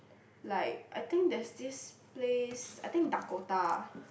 like I think there's this place I think Dakota